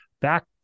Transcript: back